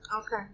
okay